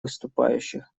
выступающих